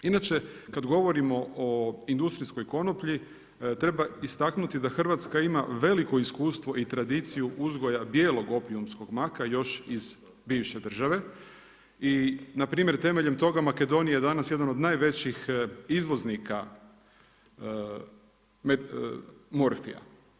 Inače kada govorimo o industrijskoj konoplji treba istaknuti da Hrvatska ima veliko iskustvo i tradiciju uzgoja bijelog opijumskog maka još iz bivše države i npr. temeljem toga Makedonija je danas jedan od najvećih izvoznika morfija.